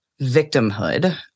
victimhood